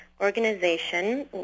organization